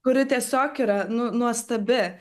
kuri tiesiog yra nu nuostabi